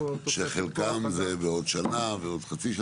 שחלקם זה בעוד שנה ועוד חצי,